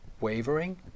wavering